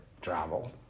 travel